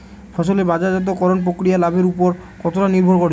ফসলের বাজারজাত করণ প্রক্রিয়া লাভের উপর কতটা নির্ভর করে?